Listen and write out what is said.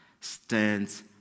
stands